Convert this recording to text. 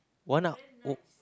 one out~ oh